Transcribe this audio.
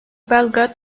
belgrad